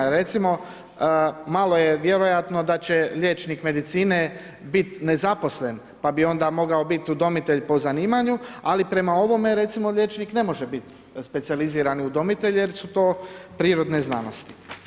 Jer recimo malo je vjerojatno da će liječnik medicine biti nezaposlen, pa bi onda mogao biti udomitelj po zanimanju, ali prema ovome recimo liječnik, ne može biti specijalizirani udomitelj, jer su to prirodne znanosti.